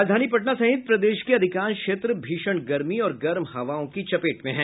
राजधानी पटना सहित प्रदेश के अधिकांश क्षेत्र भीषण गर्मी और गर्म हवाओं की चपेट में हैं